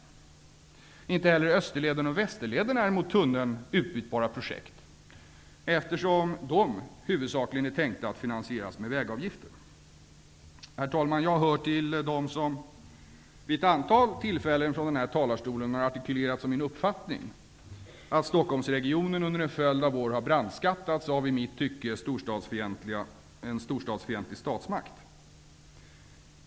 Inte heller Österleden och Västerleden är mot tunneln utbytbara projekt, eftersom de huvudsakligen är tänkta att finansieras med vägavgifter. Herr talman! Jag hör till dem som vid ett antal tillfällen från denna talarstol har artikulerat min uppfattning att Stockholmsregionen under en följd av år har brandskattats av en i mitt tycke storstadsfientlig statsmakt.